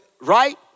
right